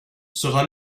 sera